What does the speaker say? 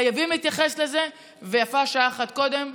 חייבים להתייחס לזה, ויפה שעה אחת קודם.